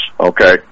Okay